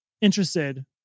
interested